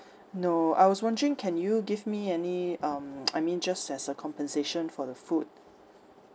no I was wondering can you give me any um I mean just as a compensation for the food